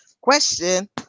Question